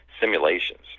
simulations